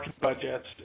budgets